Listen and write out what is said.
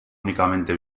únicamente